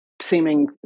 seeming